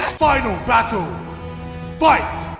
final battle but